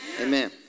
Amen